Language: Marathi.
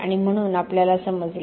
आणि म्हणूनआपल्याला समजले